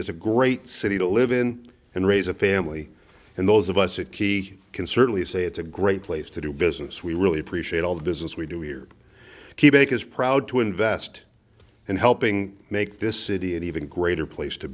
is a great city to live in and raise a family and those of us at key can certainly say it's a great place to do business we really appreciate all the business we do here keeping his proud to invest and helping make this city an even greater place to